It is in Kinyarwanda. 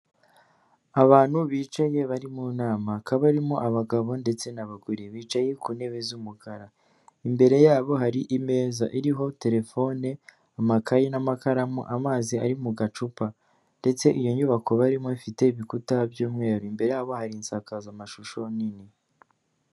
Abantu bicaye bari mu nama, hakaba harimo abagabo ndetse n'abagore, Bicaye ku ntebe z'umukara, imbere yabo hari imeza iriho telefone, amakayi n'amakaramu, amazi ari mu gacupa ndetse iyo nyubako barimo ifite ibikuta by'umweru, imbere yabo hari insakazamashusho nini.